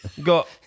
Got